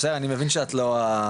אני מבין שאת לא,